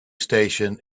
station